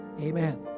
amen